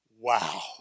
Wow